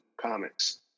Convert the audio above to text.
comics